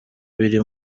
biri